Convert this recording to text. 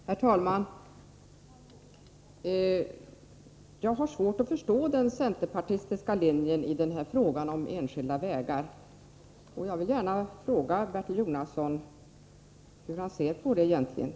Herr talman! Jag har svårt att förstå centerpartiets linje beträffande enskilda vägar. Jag vill gärna fråga Bertil Jonasson hur han ser på det egentligen.